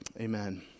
amen